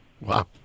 Wow